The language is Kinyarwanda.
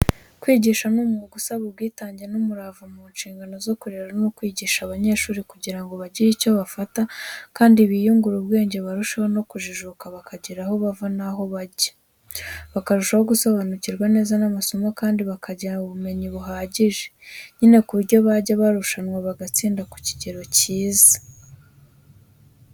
Kwigisha ni umwuga usaba ubwitange n’umurava mu nshingano zo kurera no kwigisha abanyeshuri kugira ngo bagire icyo bafata kandi biyungure ubwenge barusheho no kujijuka bakagira aho bava naho bajya bakarushaho gusobanukirwa neza amasomo kandi bakagira ubumenyi buhagije, nyine ku buryo bajya mu murushanwa bagatsinda ku kigero cyiza.